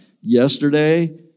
yesterday